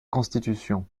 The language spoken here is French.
constitution